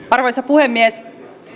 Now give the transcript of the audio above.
arvoisa puhemies